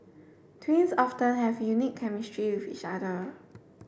twins often have unique chemistry with each other